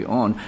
on